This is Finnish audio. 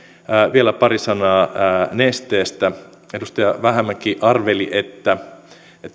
vielä pari sanaa nesteestä edustaja vähämäki arveli että